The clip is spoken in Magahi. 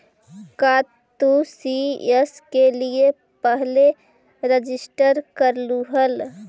का तू सी.एस के लिए पहले रजिस्टर करलू हल